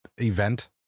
event